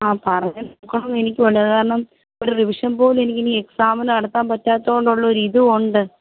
ആ പറഞ്ഞ് നോക്കണം എന്ന് എനിക്കും ഉണ്ട് കാരണം ഒരു റിവിഷൻ പോലും എനിക്കിനി എക്സാമിന് നടത്താൻ പറ്റാത്തതുകൊണ്ട് ഉള്ള ഒരു ഇതും ഉണ്ട്